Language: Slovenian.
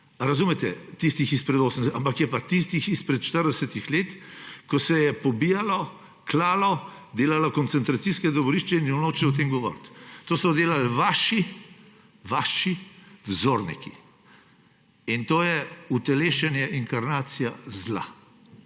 Razumete, tistih izpred 80? Ampak so pa tiste izpred 40 let, ko se je pobijalo, klalo, delalo koncentracijska taborišča, in nihče noče o tem govoriti. To so delali vaši, vaši vzorniki. To je utelešenje, inkarnacija zla